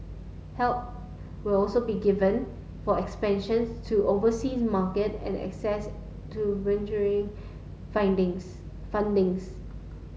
help will also be given for expansion to overseas market and access to venture